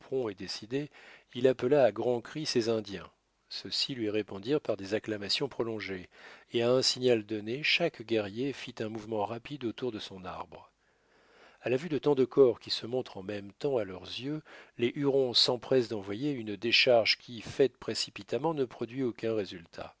et décidé il appela à grands cris ses indiens ceux-ci lui répondirent par des acclamations prolongées et à un signal donné chaque guerrier fit un mouvement rapide autour de son arbre à la vue de tant de corps qui se montrent en même temps à leurs yeux les hurons s'empressent d'envoyer une décharge qui faite précipitamment ne produit aucun résultat